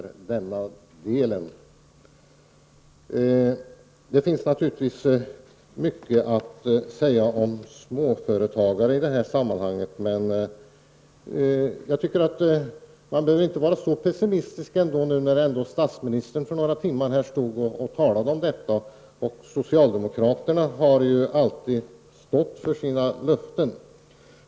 Det finns naturligtvis mycket att säga om småföretagare i detta sammanhang, men jag tycker inte att man behöver vara så pessimistisk. Statsministern talade ju om detta för några timmar sedan här, och socialdemokraterna har alltid stått för sina löften.